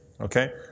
okay